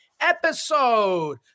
episode